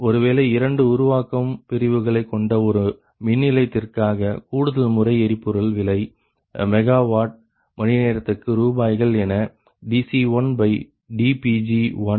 ஒருவேளை இரண்டு உருவாக்கும் பிரிவுகளைக்கொண்ட ஒரு மின் நிலையத்திற்காக கூடுதல்முறை எரிபொருள் விலை MW மணிநேரத்துக்கு ரூபாய்கள் என dC1dPg10